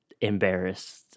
embarrassed